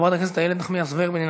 חברת הכנסת איילת נחמיאס ורבין,